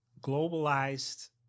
globalized